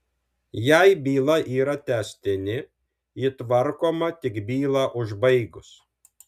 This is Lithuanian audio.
jei byla yra tęstinė ji tvarkoma tik bylą užbaigus